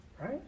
right